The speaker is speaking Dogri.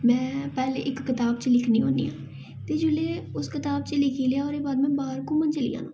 में पैह्लें इक कताब च लिखनी होन्नी आं ते जेल्ले में उस कताब च लिखी लेआ ओह्दे बाद में बाह्र घूमन चली जाना